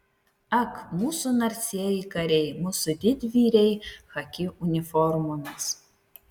ak mūsų narsieji kariai mūsų didvyriai chaki uniformomis